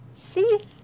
See